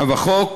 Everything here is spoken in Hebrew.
החוק,